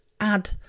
add